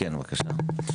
כן, בבקשה.